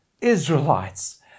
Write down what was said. israelites